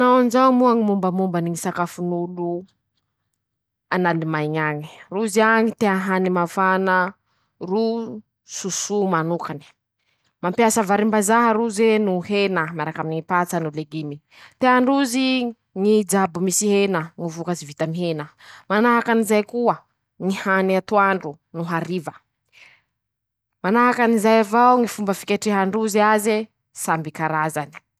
Manao anizao moa ñy mombamombany ñy sakafon'olo an'Alimaiñy añy: -Rozy añy tea hany mafana ,ro soso manokane ;mampiasa varim-bazaha roze noho hena miaraky aminy ñy patsa noho legimy ;tean-drozy i ñy jabo misy hena ,no vokatsy vita aminy hena ;manahaky anizay koa ñy hany atoandro no hariva ;manahaky anizay avao ñy fomba fiketrehan-drozy aze samby karazany.